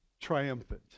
triumphant